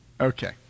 Okay